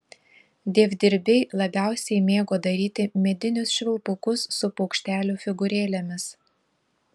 dievdirbiai labiausiai mėgo daryti medinius švilpukus su paukštelių figūrėlėmis